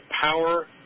power